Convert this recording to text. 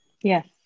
yes